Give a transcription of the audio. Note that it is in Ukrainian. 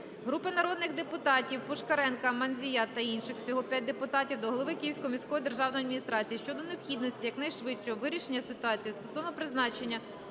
Групи народних депутатів (Пушкаренка, Мандзія та інших. Всього 5 депутатів) до голови Київської міської державної адміністрації щодо необхідності якнайшвидшого вирішення ситуації стосовно призначення